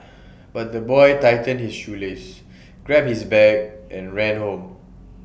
but the boy tightened his shoelaces grabbed his bag and ran home